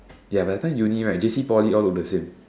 ya by the time uni right J_C Poly all look the same